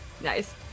Nice